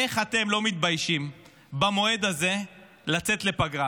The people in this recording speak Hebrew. איך אתם לא מתביישים במועד הזה לצאת לפגרה?